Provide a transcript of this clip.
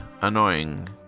annoying